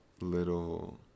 little